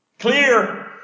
Clear